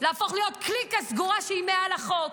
להפוך להיות קליקה סגורה שהיא מעל החוק.